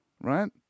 Right